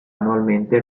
annualmente